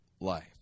life